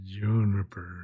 juniper